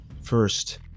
first